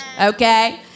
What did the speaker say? Okay